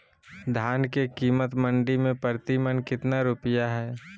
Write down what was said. धान के कीमत मंडी में प्रति मन कितना रुपया हाय?